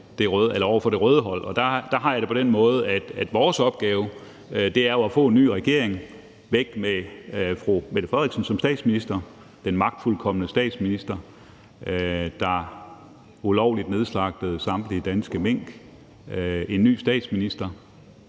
Der har jeg det på den måde, at vores opgave jo er at få ny regering. Væk med fru Mette Frederiksen som statsminister, den magtfuldkomne statsminister, der ulovligt nedslagtede samtlige danske mink. Skulle vi ikke